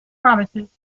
promises